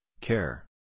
Care